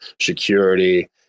security